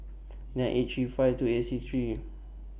nine eight three five two eight six three two six